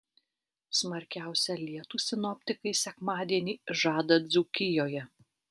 smarkiausią lietų sinoptikai sekmadienį žada dzūkijoje